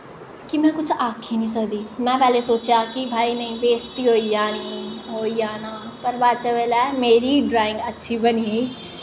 कि में कुछ आक्खी नेईं सकदी पैह्ले में सोचेआ कि नेईं भाई बेश्ती होई जानी ओह् होई जाना पर बाद च मेरा ड्राईंग अच्छी बनी गेई